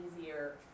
easier